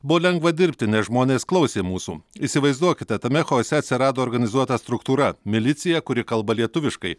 buvo lengva dirbti nes žmonės klausė mūsų įsivaizduokite tame chaose atsirado organizuota struktūra milicija kuri kalba lietuviškai